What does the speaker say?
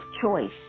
choice